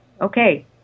okay